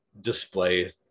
display